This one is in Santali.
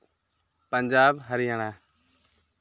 ᱯᱟᱧᱡᱟᱵᱽ ᱦᱚᱨᱤᱭᱟᱱᱟ